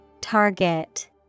Target